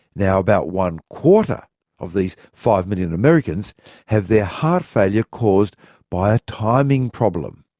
now about one quarter of these five million americans have their heart failure caused by a timing problem.